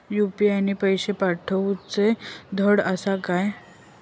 UPI ने पैशे पाठवूचे धड आसा काय?